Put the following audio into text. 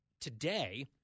today